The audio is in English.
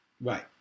Right